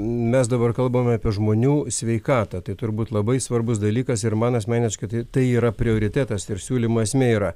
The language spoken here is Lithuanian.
mes dabar kalbame apie žmonių sveikatą tai turbūt labai svarbus dalykas ir man asmeniškai tai tai yra prioritetas ir siūlymo esmė yra